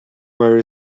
where